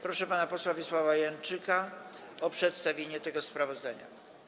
Proszę pana posła Wiesława Janczyka o przedstawienie tego sprawozdania.